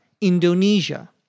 Indonesia